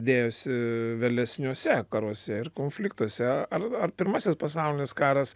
dėjosi vėlesniuose karuose konfliktuose ar ar pirmasis pasaulinis karas